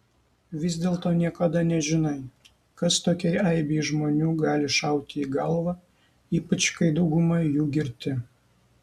vis dėlto niekada nežinai kas tokiai aibei žmonių gali šauti į galvą ypač kai dauguma jų girti